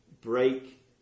break